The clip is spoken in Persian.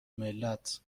ملت